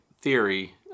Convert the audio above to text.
theory